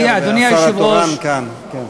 השר התורן כאן.